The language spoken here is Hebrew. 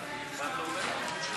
ההצעה להעביר את הצעת חוק נכסים של